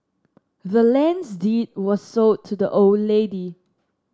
the land's deed was sold to the old lady